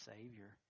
Savior